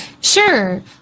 Sure